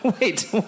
Wait